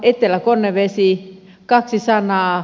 etelä konnevesi kaksi sanaa